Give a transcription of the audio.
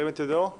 הצבעה בעד,